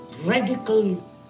radical